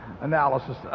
analysis